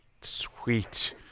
Sweet